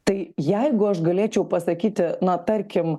tai jeigu aš galėčiau pasakyti na tarkim